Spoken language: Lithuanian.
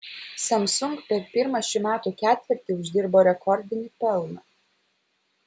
samsung per pirmą šių metų ketvirtį uždirbo rekordinį pelną